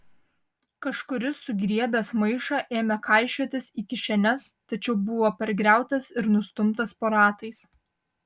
kažkuris sugriebęs maišą ėmė kaišiotis į kišenes tačiau buvo pargriautas ir nustumtas po ratais